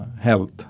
health